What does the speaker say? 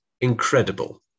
incredible